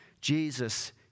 Jesus